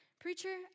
preacher